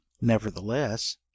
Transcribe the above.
nevertheless